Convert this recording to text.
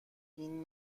این